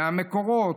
מהמקורות,